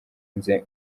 nze